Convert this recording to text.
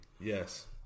Yes